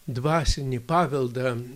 dvasinį paveldą